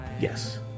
Yes